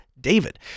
David